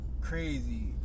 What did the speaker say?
crazy